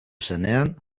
zenean